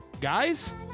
Guys